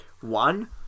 one